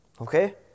Okay